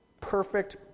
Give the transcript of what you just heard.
perfect